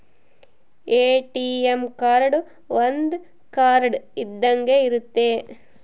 ATM card ಒಂದ್ card ಇದ್ದಂಗೆ ಇರುತ್ತೆ